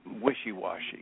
wishy-washy